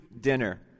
dinner